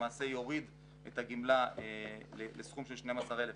למעשה יוריד את הגמלה לסכום של 1,000 שקל.